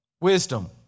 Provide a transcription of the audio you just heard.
Wisdom